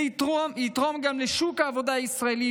זה יתרום גם לשוק העבודה הישראלי,